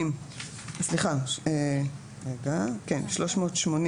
סעיף 380